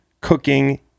cooking